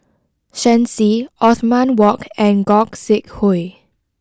Shen Xi Othman Wok and Gog Sing Hooi